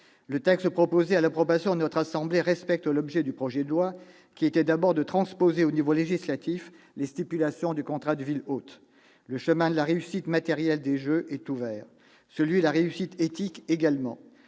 Le texte proposé à l'approbation de notre assemblée respecte l'objet du projet de loi, qui était, d'abord, de transposer au niveau législatif les stipulations du contrat de ville hôte. Le chemin de la réussite matérielle des Jeux de 2024 est ouvert, celui de la réussite éthique également.